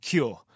Cure